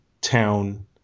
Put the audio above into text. town